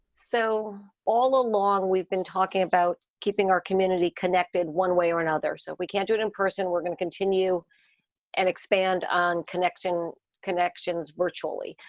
so all along we've been talking about keeping our community connected one way or another so we can't do it in person. we're going to continue and expand on connection connections virtually,